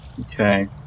Okay